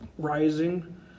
Rising